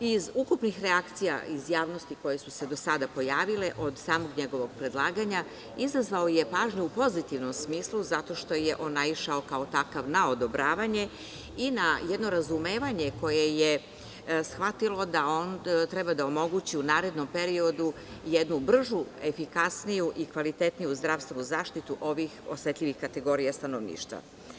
Iz ukupnih reakcija iz javnosti koje su se do sada pojavile od samog njegovog predlaganja izazvao je pažnju u pozitivnom smislu zato što je naišao kao takav na odobravanje i na jedno razumevanje koje je shvatilo da treba da omogući u narednom periodu jednu bržu, efikasniju i kvalitetniju zdravstvenu zaštitu ovih osetljivih kategorija stanovništva.